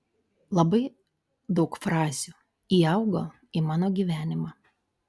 labai daug frazių įaugo į mano gyvenimą